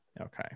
Okay